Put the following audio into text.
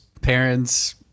parents